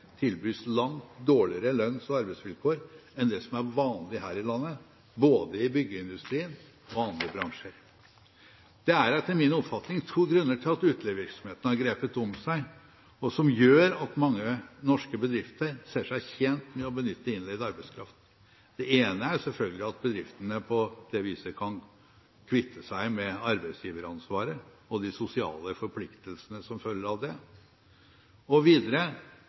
tilbys langt dårligere lønns- og arbeidsvilkår enn det som er vanlig her i landet, både i byggeindustrien og i andre bransjer. Det er etter min oppfatning to grunner til at utleievirksomheten har grepet om seg, som gjør at mange norske bedrifter ser seg tjent med å benytte innleid arbeidskraft. Den ene er selvfølgelig at bedriftene på det viset kan kvitte seg med arbeidsgiveransvaret og de sosiale forpliktelsene som følger av det, og videre